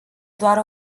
doar